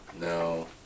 No